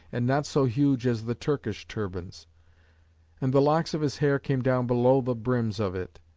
and not so huge as the turkish turbans and the locks of his hair came down below the brims of it.